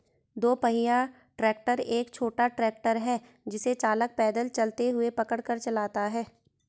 दो पहिया ट्रैक्टर एक छोटा ट्रैक्टर है जिसे चालक पैदल चलते हुए पकड़ कर चलाता है